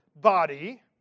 body